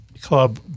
club